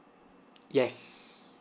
yes